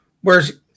whereas